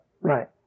Right